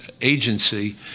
agency